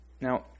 Now